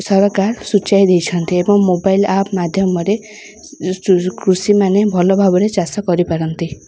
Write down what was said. ସରକାର ସୂଚାଇ ଦେଇଛନ୍ତି ଏବଂ ମୋବାଇଲ୍ ଆପ୍ ମାଧ୍ୟମରେ କୃଷିମାନେ ଭଲ ଭାବରେ ଚାଷ କରିପାରନ୍ତି